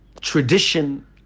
tradition